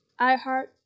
iHeart